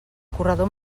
corredor